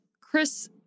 Chris